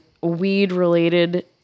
weed-related